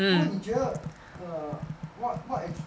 不过你觉得 err what what actua~